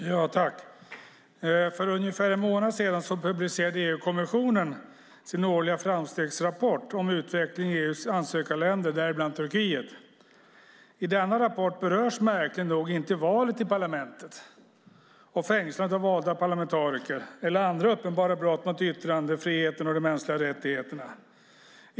Fru talman! För ungefär en månad sedan publicerade EU-kommissionen sin årliga framstegsrapport om utvecklingen i EU:s ansökarländer, däribland Turkiet. I denna rapport berörs märkligt nog inte valet till parlamentet, fängslandet av valda parlamentariker eller andra uppenbara brott mot yttrandefriheten och de mänskliga rättigheterna.